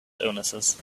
illnesses